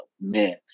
men